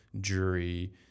jury